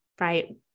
right